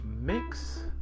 mix